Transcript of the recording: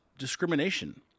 discrimination